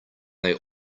they